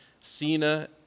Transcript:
Cena